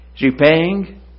Repaying